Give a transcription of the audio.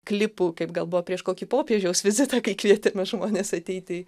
klipų kaip galbūt prieš kokį popiežiaus vizitą kai kvietėme žmones ateiti